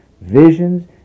visions